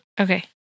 Okay